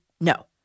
no